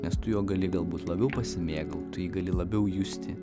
nes tu juo gali galbūt labiau pasimėgaut tu jį gali labiau justi